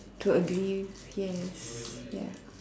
to agree yes ya